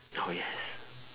oh yes